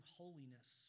holiness